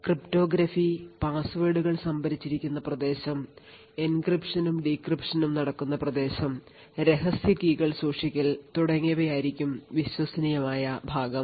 cryptography പാസ്വേഡുകൾ സംഭരിച്ചിരിക്കുന്ന പ്രദേശം എൻക്രിപ്ഷനും ഡീക്രിപ്ഷനും നടക്കുന്ന പ്രദേശം രഹസ്യ കീകൾ സൂക്ഷിക്കൽ തുടങ്ങിയവ ആയിരിക്കും വിശ്വസനീയമായ ഭാഗം